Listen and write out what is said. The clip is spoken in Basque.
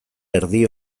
erdi